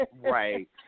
Right